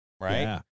Right